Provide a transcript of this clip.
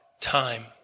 time